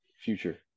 future